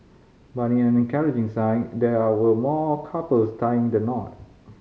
but in an encouraging sign there were more couples tying the knot